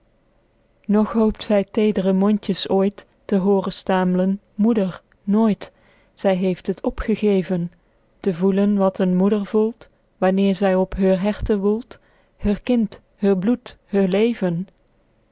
noch hoopt zy teedre mondjes ooit te hooren staemlen moeder nooit zy heeft het opgegeven te voelen wat een moeder voelt wanneer zy op heur herte woelt heur kind heur bloed heur leven